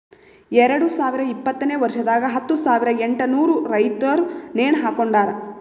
ಎರಡು ಸಾವಿರ ಇಪ್ಪತ್ತನೆ ವರ್ಷದಾಗ್ ಹತ್ತು ಸಾವಿರ ಎಂಟನೂರು ರೈತುರ್ ನೇಣ ಹಾಕೊಂಡಾರ್